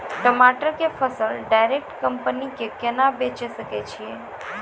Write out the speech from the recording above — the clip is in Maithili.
टमाटर के फसल डायरेक्ट कंपनी के केना बेचे सकय छियै?